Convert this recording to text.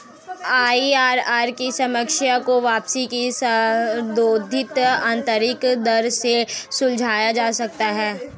IRR की समस्या को वापसी की संशोधित आंतरिक दर से सुलझाया जा सकता है